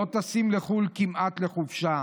לא טסים לחו"ל כמעט לחופשה,